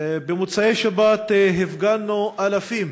במוצאי שבת הפגנו, אלפים,